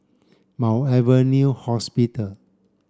Mount Alvernia Hospital